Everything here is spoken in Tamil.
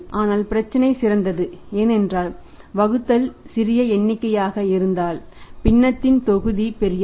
ஆனால் பிரச்சினை சிறந்தது ஏனென்றால் வகுத்தல் சிறிய எண்ணிக்கையாக இருந்தால் பின்னத்தில் தொகுதி பெரியது